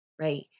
Right